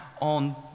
on